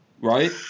Right